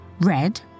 Red